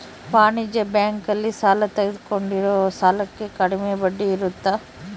ವಾಣಿಜ್ಯ ಬ್ಯಾಂಕ್ ಅಲ್ಲಿ ಸಾಲ ತಗೊಂಡಿರೋ ಸಾಲಕ್ಕೆ ಕಡಮೆ ಬಡ್ಡಿ ಇರುತ್ತ